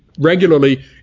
Regularly